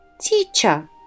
Teacher